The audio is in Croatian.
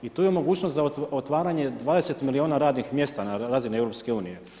I tu je mogućnost za otvaranje 20 milijuna radnih mjesta na razini EU.